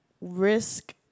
risk